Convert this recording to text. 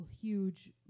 huge